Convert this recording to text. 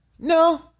No